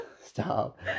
stop